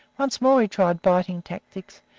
once more he tried biting tactics,